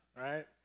right